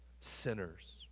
sinners